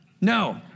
No